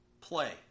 play